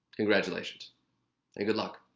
congratulations and good luck.